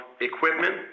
equipment